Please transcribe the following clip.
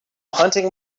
hunting